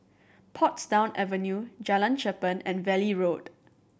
Portsdown Avenue Jalan Cherpen and Valley Road